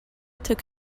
took